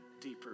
deeper